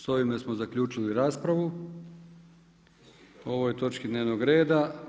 S ovime smo zaključili raspravu o ovoj točki dnevnog reda.